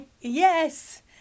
yes